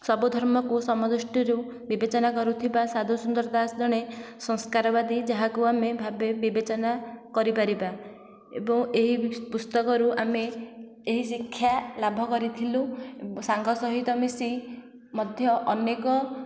ସବୁ ଧର୍ମକୁ ସମ ଦୃଷ୍ଟିରୁ ବିବେଚନା କରୁଥିବା ସାଧୁ ସୁନ୍ଦର ଦାସ ଜଣେ ସଂସ୍କାରବାଦୀ ଯାହାକୁ ଆମେ ଭାବେ ବିବେଚନା କରିପାରିବା ଏବଂ ଏହିଁ ପୁସ୍ତକରୁ ଆମେ ଏହି ଶିକ୍ଷା ଲାଭ କରିଥିଲୁ ସାଙ୍ଗ ସହିତ ମିଶି ମଧ୍ୟ ଅନେକ